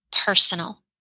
personal